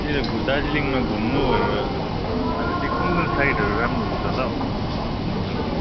ए दार्जिलिङमा घुम्नु भनेर आएको थिएँ कुन कुन साइडहरू राम्रो हुन्छ होला हौ घुम्नुको लागि